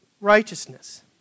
righteousness